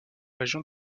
région